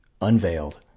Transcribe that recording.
unveiled